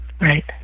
Right